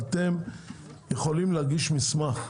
אתם יכולים להגיש מסמך;